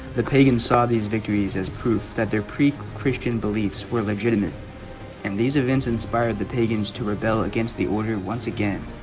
the pagans saw these victories as proof that their pre-christian beliefs were legitimate and these events inspired the pagans to rebel against the order once again